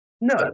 No